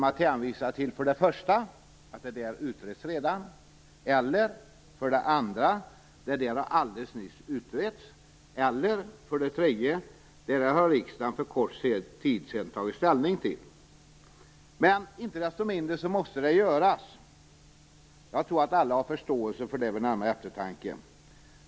Men vi hänvisar för det första till att saken redan utreds, för det andra till att saken alldeles nyss har utretts eller för det tredje till att riksdagen tagit ställning till saken för en kort tid sedan. Icke desto mindre måste det göras. Jag tror att alla vid närmare eftertanke har förståelse för det.